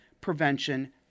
prevention